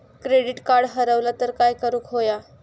Credit card हरवला तर काय करुक होया?